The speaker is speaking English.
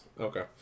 Okay